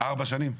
ארבע שנים?